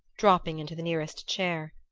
dropping into the nearest chair.